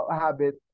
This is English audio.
habit